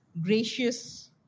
gracious